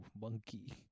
monkey